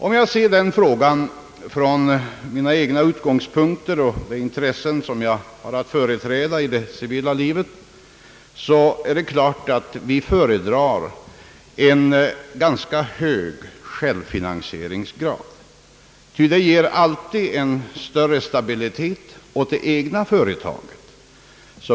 Om jag ser den frågan från mina egna utgångspunkter och ur de intressen, som jag har att företräda i det civila livet, är det klart att vi föredrar en ganska hög självfinansieringsgrad, ty det ger alltid en större stabilitet åt det egna företaget.